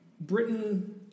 Britain